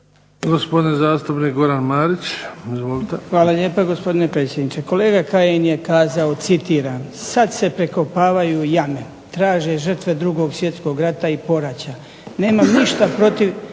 gospodin zastupnik Goran Marić. Izvolite. **Marić, Goran (HDZ)** Hvala lijepo gospodine predsjedniče. Kolega Kajin je kazao citiram "Sada se prekopavaju jame, traže žrtve 2. svjetskog rata i poraća. Nemam ništa protiv